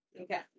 Okay